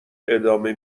ادامه